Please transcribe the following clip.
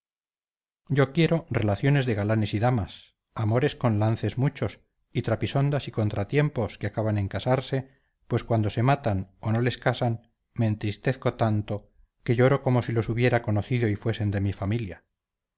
yo quiero relaciones de galanes y damas amores con lances muchos y trapisondas y contratiempos que acaban en casarse pues cuando se matan o no les casan me entristezco tanto que lloro como si los ubiera conocido y fuesen de mi familia